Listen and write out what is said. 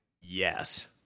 Yes